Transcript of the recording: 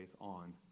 on